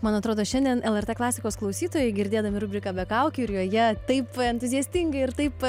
man atrodo šiandien lrt klasikos klausytojai girdėdami rubriką be kaukių ir joje taip entuziastingai ir taip